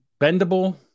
bendable